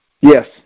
Yes